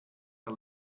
der